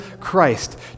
Christ